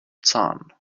zahn